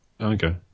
Okay